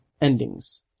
endings